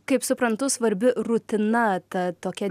kaip suprantu svarbi rutina ta tokia